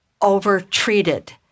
over-treated